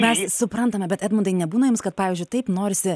mes suprantame bet edmundai nebūna jums kad pavyzdžiui taip norisi